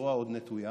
עוד היד נטויה.